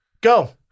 Go